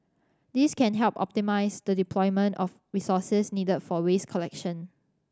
this can help optimise the deployment of resources needed for waste collection